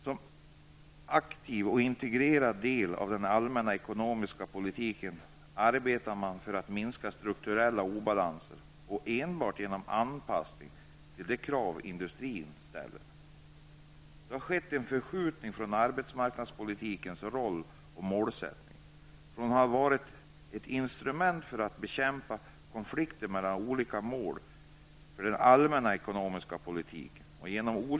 Som en aktiv och integrerad del av den allmänna ekonomiska politiken arbetar man för att minska strukturella obalanser enbart genom en anpassning till de krav som industrin ställer. Det har skett en förskjutning i arbetsmarknadspolitikens roll och målsättning. Från att ha varit ett instrument för att bekämpa konflikterna mellan olika mål i den allmänna ekonomiska politiken har den nu en annan roll.